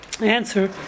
answer